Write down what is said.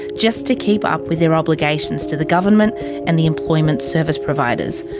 just to keep up with their obligations to the government and the employment service providers.